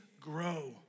grow